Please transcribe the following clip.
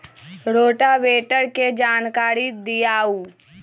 Rotavator के जानकारी दिआउ?